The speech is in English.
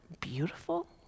beautiful